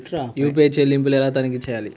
UPI చెల్లింపులు ఎలా తనిఖీ చేయాలి?